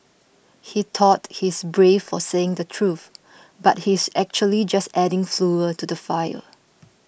he thought he's brave for saying the truth but he's actually just adding fuel to the fire